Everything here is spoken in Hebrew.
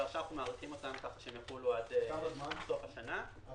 ועכשיו אנחנו מאריכים אותן כך שהן יחולו עד סוף השנה -- כמה זמן?